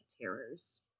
terrors